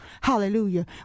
Hallelujah